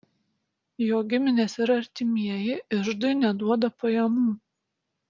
jo giminės ir artimieji iždui neduoda pajamų